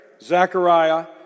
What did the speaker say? Zechariah